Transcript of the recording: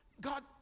God